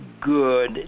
good